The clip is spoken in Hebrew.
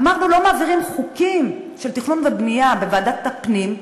אמרנו: לא מעבירים חוקים של תכנון ובנייה בוועדת הפנים,